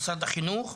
משרד החינוך,